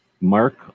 Mark